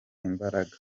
imbaraga